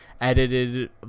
edited